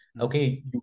Okay